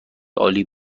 عالی